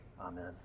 Amen